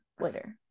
later